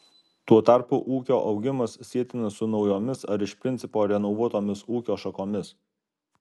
tuo tarpu ūkio augimas sietinas su naujomis ar iš principo renovuotomis ūkio šakomis